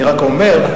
אני רק אומר מה התנאים.